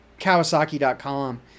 Kawasaki.com